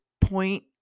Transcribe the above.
point